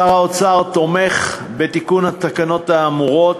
שר האוצר תומך בתיקון התקנות האמורות,